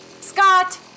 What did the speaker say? Scott